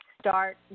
start